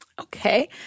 Okay